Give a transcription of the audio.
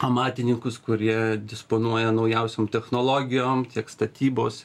amatininkus kurie disponuoja naujausiom technologijom tiek statybos